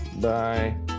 Bye